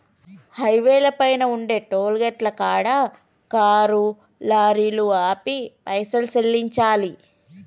హైవేల పైన ఉండే టోలుగేటుల కాడ కారు లారీలు ఆపి పైసలు సెల్లించాలి